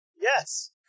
Yes